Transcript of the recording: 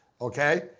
okay